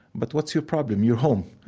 but what's your problem? you're home.